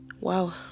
wow